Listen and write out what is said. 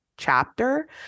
chapter